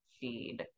feed